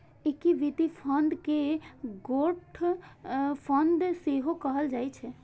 equity fund कें growth fund सेहो कहल जाइ छै